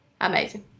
amazing